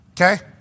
okay